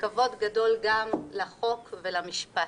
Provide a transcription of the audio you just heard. וכבוד גדול גם לחוק ולמשפט.